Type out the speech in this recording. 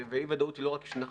ואי הוודאות היא לא רק נחלתנו,